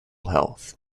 health